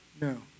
No